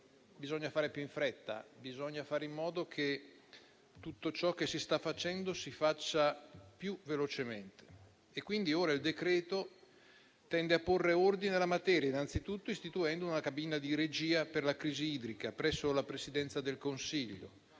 bisogna fare più in fretta: bisogna fare in modo che tutto ciò che si sta facendo si faccia più velocemente. Quindi ora il decreto tende a porre ordine alla materia, innanzitutto istituendo una cabina di regia per la crisi idrica presso la Presidenza del Consiglio.